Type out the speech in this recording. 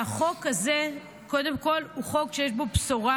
והחוק הזה קודם כול הוא חוק שיש בו בשורה